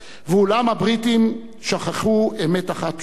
ואולם, הבריטים שכחו אמת אחת פשוטה,